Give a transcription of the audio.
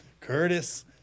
Curtis